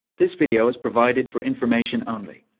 this video is provided for information only.